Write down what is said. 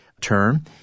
term